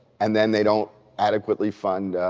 and then they don't adequately fund